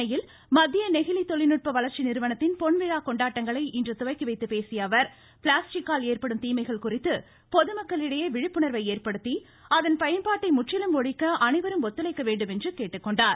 சென்னையில் மத்திய நெகிழி தொழில்நுட்ப வளர்ச்சி நிறுவனத்தின் பொன்விழா கொண்டாட்டங்களை இன்று துவக்கி வைத்து பேசிய அவர் பிளாஸ்டிக்கால் ஏற்படும் தீமைகள் குறித்து பொதுமக்களிடையே விழிப்புணர்வை ஏற்படுத்தி அதன் பயன்பாட்டை முற்றிலும் ஒழிக்க அனைவரும் ஒத்துழைக்க வேண்டும் என்று கேட்டுக்கொண்டார்